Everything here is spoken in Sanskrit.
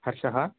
हर्षः